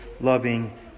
loving